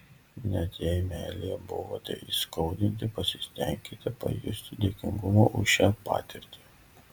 net jei meilėje buvote įskaudinti pasistenkite pajusti dėkingumą už šią patirtį